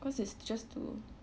ya cause it's just too